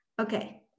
Okay